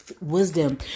wisdom